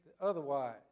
otherwise